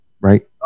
right